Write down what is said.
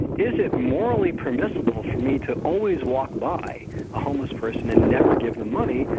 is it morally permissible for me to always walk by a homeless person and never give them money,